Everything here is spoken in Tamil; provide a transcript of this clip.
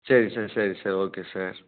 சரி சார் சரி சார் ஓகே சார்